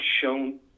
shown